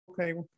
okay